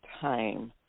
time